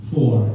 Four